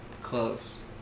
close